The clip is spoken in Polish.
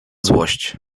złość